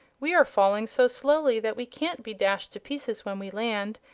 we are falling so slowly that we can't be dashed to pieces when we land,